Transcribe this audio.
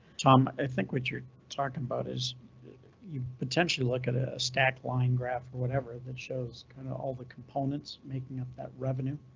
tom, i think what you're talking about is you potentially look at, ah, stack line graph or whatever that shows kind of all the components making up that revenue.